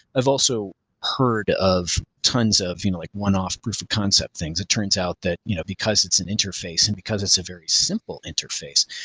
i've also heard of tons of, you know, like one-off proof of concept thing. it turns out that you know because it's an interface and because it's a very simple interface,